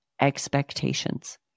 expectations